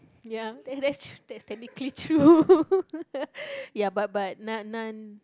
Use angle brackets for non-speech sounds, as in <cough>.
ya then that's that's technically true <laughs> ya but but none none